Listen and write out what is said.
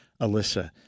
Alyssa